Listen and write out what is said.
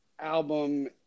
Album